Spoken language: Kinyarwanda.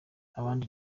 abandi